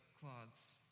cloths